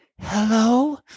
Hello